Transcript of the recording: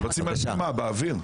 מבצעים על פי מה, באוויר?